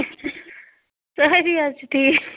سٲری حظ چھِ ٹھیٖک